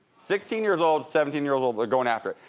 sixteen years old, seventeen years olds are going after it.